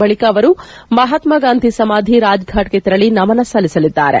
ಬಳಿಕ ಅವರು ಮಹಾತ್ಮ ಗಾಂಧಿ ಸಮಾಧಿ ರಾಜ್ ಫಾಟ್ ಗೆ ತೆರಳಿ ನಮನ ಸಲ್ಲಿಸಲಿದ್ದಾರೆ